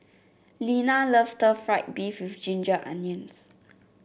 Lina loves stir fry beef with Ginger Onions